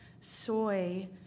soy